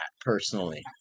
personally